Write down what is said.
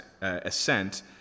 ascent